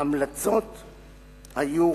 ההמלצות היו,